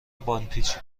باندپیچی